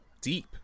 deep